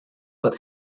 but